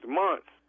months